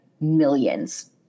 millions